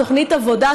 תוכנית עבודה,